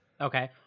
okay